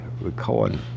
recording